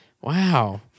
Wow